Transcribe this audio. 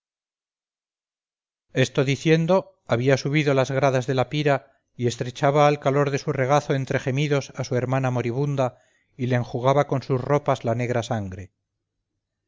esto diciendo había subido las gradas de la pira y estrechaba al calor de su regazo entre gemidos a su hermana moribunda y le enjugaba con sus ropas la negra sangre